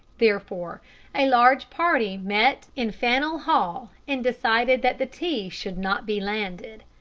therefore a large party met in faneuil hall and decided that the tea should not be landed.